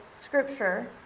scripture